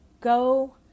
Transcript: Go